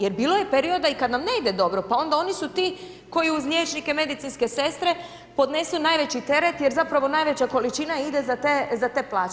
Jer bilo je perioda i kada nam ne ide dobro, pa onda oni su ti koji uz liječnike, medicinske sestre podnesu najveći teret jer zapravo najveća količina ide za te plaće.